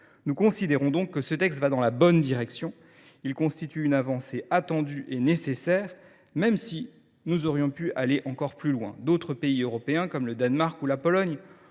Nous considérons donc que ce texte va dans la bonne direction. Il constitue une avancée attendue et nécessaire, même si nous aurions pu aller encore plus loin. D’autres pays européens, comme le Danemark ou la Pologne,